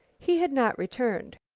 he had not returned.